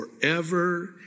forever